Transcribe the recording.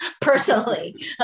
personally